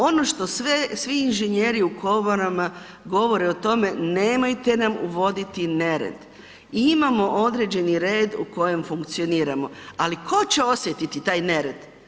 Ono što sve, svi inženjeri u komorama govore o tome, nemojte nam uvoditi nered, imamo određeni red u kojem funkcioniramo, ali tko će osjetiti taj nered?